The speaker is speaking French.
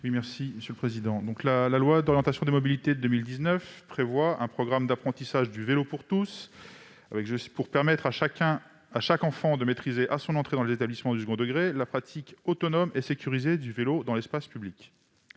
La loi d'orientation des mobilités de 2019 prévoit un programme d'apprentissage du vélo pour tous, afin de permettre à chaque enfant de maîtriser, à son entrée dans les établissements du second degré, la pratique autonome et sécurisée du vélo dans l'espace public.